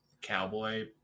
cowboy